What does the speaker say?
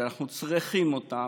שאנחנו צריכים אותם,